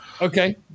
Okay